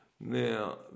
Now